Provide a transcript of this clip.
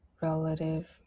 relative